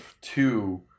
two